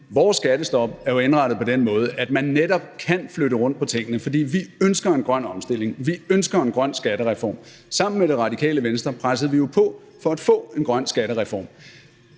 Vores skattestop er jo indrettet på den måde, at man netop kan flytte rundt på tingene, for vi ønsker en grøn omstilling, vi ønsker en grøn skattereform. Sammen med Radikale Venstre pressede vi jo på for at få en grøn skattereform.